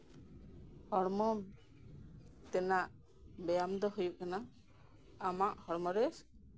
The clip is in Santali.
ᱦᱚᱲᱢᱚ ᱛᱮᱱᱟᱜ ᱵᱮᱭᱟᱢ ᱫᱚ ᱦᱩᱭᱩᱜ ᱠᱟᱱᱟ ᱟᱢᱟᱜ ᱦᱚᱲᱢᱚ ᱨᱮ